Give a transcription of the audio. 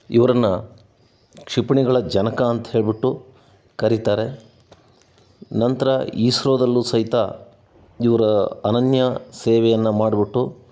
ಇವ್ರನ್ನು ಕ್ಷಿಪಣಿಗಳ ಜನಕ ಅಂತ ಹೇಳಿಬಿಟ್ಟು ಕರಿತಾರೆ ನಂತರ ಈಸ್ರೋದಲ್ಲೂ ಸಹಿತ ಇವರ ಅನನ್ಯ ಸೇವೆಯನ್ನ ಮಾಡಿಬಿಟ್ಟು